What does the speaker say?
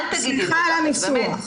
אז אל תגידי --- סליחה על הניסוח.